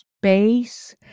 space